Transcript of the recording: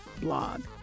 blog